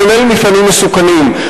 כולל מפעלים מסוכנים,